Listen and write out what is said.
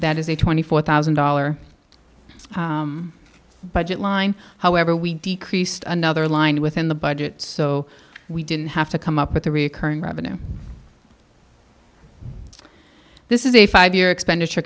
that is a twenty four thousand dollar budget line however we decreased another line within the budget so we didn't have to come up with the recurring revenue this is a five year expenditure